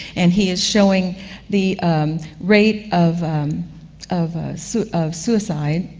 and he is showing the rate of of sort of suicide